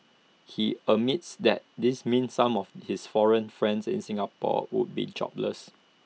he admits that this means some of his foreign friends in Singapore would be jobless